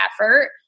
effort